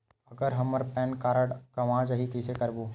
अगर हमर pan card गवां जाही कइसे करबो?